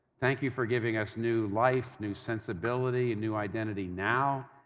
thank you for giving us new life, new sensibility, and new identity now.